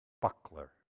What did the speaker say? buckler